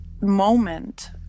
moment